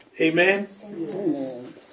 Amen